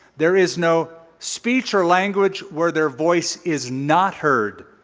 there is no speech or language where their voice is not heard.